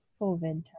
COVID